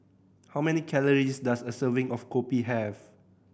how many calories does a serving of kopi have